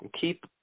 keep